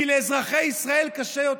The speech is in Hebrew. כי לאזרחי ישראל קשה יותר,